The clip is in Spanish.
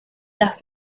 las